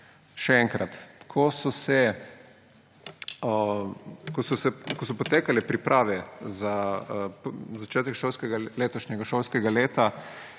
Še enkrat, ko so potekale priprave za začetek letošnjega šolskega leta,